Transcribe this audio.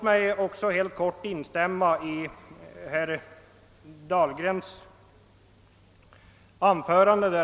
Jag vill helt kort instämma i ett avsnitt av herr Dahlgrens anförande.